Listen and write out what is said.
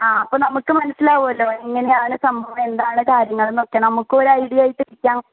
ആ അപ്പോൾ നമുക്ക് മനസിലാകുവല്ലോ എങ്ങനെയാണ് സംഭവം എന്താണ് കാര്യങ്ങളെന്നൊക്കെ നമുക്കൊരു ഐഡിയായിട്ടിരിക്കാം